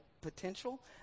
potential